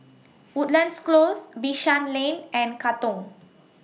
Woodlands Close Bishan Lane and Katong